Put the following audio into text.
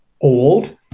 old